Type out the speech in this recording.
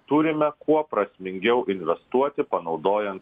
turime kuo prasmingiau investuoti panaudojant